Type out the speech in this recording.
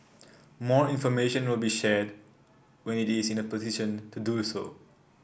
more information will be shared when it is in a position to do so